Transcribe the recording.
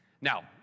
Now